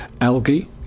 algae